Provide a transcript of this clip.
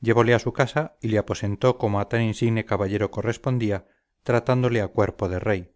llevole a su casa y le aposentó como a tan insigne caballero correspondía tratándole a cuerpo de rey